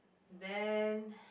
then